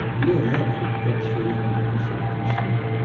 leonardo got three hundred and seventy seven.